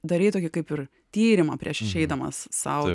darei tokį kaip ir tyrimą prieš išeidamas sau